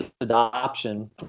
adoption